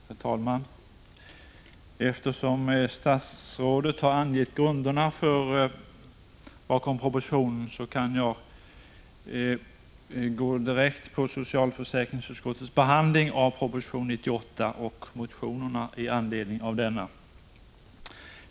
Herr talman! Eftersom statsrådet har angett grunderna för propositionen kan jag gå direkt till socialförsäkringsutskottets behandling av proposition 98 och motionerna i anledning av denna.